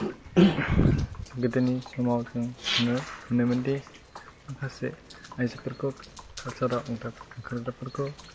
गोदोनि समाव जों नुनो मोनोमोनदि माखासे आइजोफोरखौ कालचाराव ओंखारग्राफोरखौ